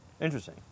Interesting